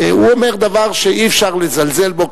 הוא אומר דבר שאי-אפשר לזלזל בו,